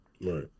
Right